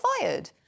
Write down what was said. fired